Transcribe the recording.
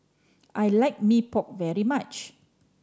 I like Mee Pok very much